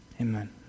Amen